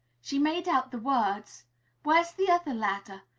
she made out the words where's the other ladder?